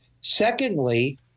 Secondly